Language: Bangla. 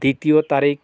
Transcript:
দ্বিতীয় তারিখ